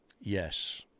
Yes